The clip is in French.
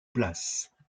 places